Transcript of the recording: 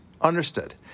Understood